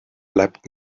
bleibt